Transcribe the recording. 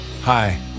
Hi